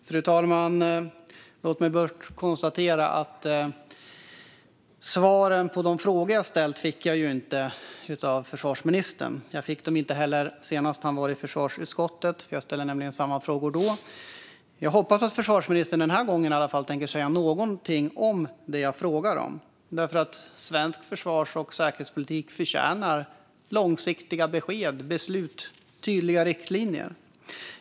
Fru talman! Låt mig först konstatera att svar på de frågor jag ställt fick jag inte av försvarsministern. Jag fick det inte heller senast han var i försvarsutskottet. Jag ställde nämligen samma frågor då. Jag hoppas att försvarsministern den här gången i alla fall tänker säga någonting om det jag frågar om, därför att svensk försvars och säkerhetspolitik förtjänar långsiktiga besked, beslut och tydliga riktlinjer.